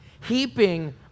Heaping